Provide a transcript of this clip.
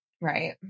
Right